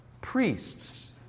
Priests